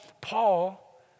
Paul